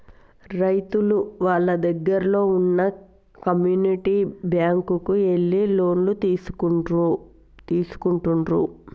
రైతులు వాళ్ళ దగ్గరల్లో వున్న కమ్యూనిటీ బ్యాంక్ కు ఎళ్లి లోన్లు తీసుకుంటుండ్రు